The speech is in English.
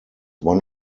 one